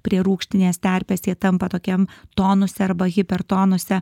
prie rūgštinės terpės jie tampa tokiam tonuse arba hipertonuse